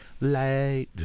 Light